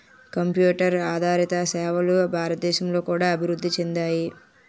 computer ఆదారిత సేవలు భారతదేశంలో కూడా అభివృద్ధి చెందాయి